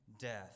death